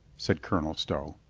said colonel stow.